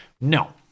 no